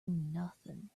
nothing